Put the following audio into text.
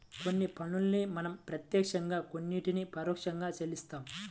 కొన్ని పన్నుల్ని మనం ప్రత్యక్షంగా కొన్నిటిని పరోక్షంగా చెల్లిస్తాం